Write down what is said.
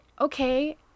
okay